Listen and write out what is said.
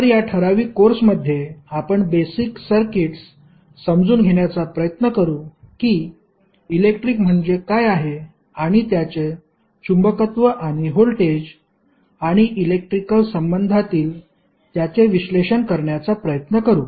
तर या ठराविक कोर्समध्ये आपण बेसिक सर्किट्स समजून घेण्याचा प्रयत्न करू की इलेक्ट्रिक म्हणजे काय आहे आणि त्याचे चुंबकत्व आणि व्होल्टेज आणि इलेक्ट्रिकल संबंधातील त्याचे विश्लेषण करण्याचा प्रयत्न करू